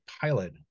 pilot